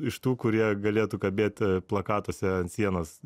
iš tų kurie galėtų kabėt plakatuose ant sienos